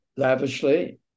Lavishly